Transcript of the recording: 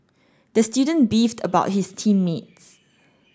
the student beefed about his team mates